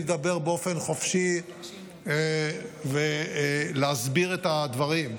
לדבר באופן חופשי ולהסביר את הדברים.